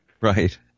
Right